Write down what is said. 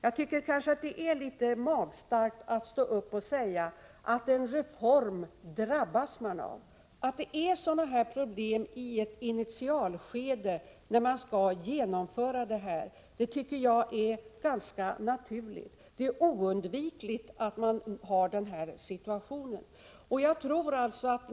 Jag tycker att det är litet magstarkt att stå upp och säga att man drabbas av en reform. Att det uppkommer sådana här problem i ett initialskede, när en reform skall genomföras, tycker jag är ganska naturligt. Den här situationen är oundviklig.